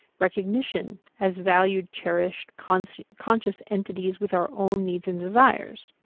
recognition as valued, cherished, constant conscious entities with our own needs and desires.